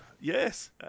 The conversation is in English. Yes